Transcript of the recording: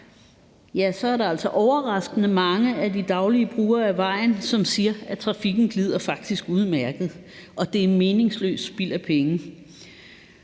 man se, at der er overraskende mange af de daglige brugere af vejen, som siger, at trafikken faktisk glider udmærket, og at det er meningsløs spild af penge.